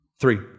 Three